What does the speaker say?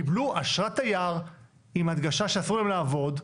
קיבלו אשרת תייר עם הדגשה שאסור להם, לעבוד,